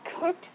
cooked